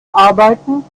arbeiten